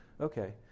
Okay